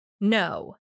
No